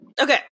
Okay